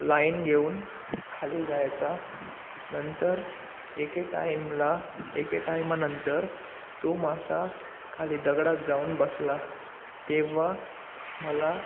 line घेऊन खाली जायचा नंतर एके टाईमला एके टाईमानंतर तो मासा खाली दगडात जाऊन बसला तेव्हा मला